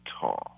tall